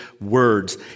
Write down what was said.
words